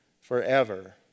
forever